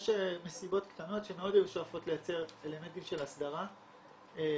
יש מסיבות קטנות שמאוד היו שואפות לייצר אלמנטים של הסדרה ומיסוד,